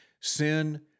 Sin